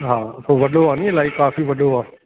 हा उहो वॾो आहे नी इलाही काफ़ी वॾो आहे